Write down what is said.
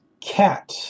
Cat